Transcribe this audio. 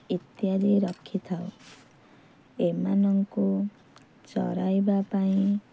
ଇତ୍ୟାଦି ରଖିଥାଉ ଏମାନଙ୍କୁ ଚରାଇବା ପାଇଁ